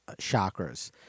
chakras